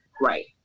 Right